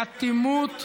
באטימות,